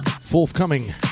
Forthcoming